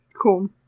Cool